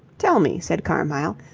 tell me, said carmyle,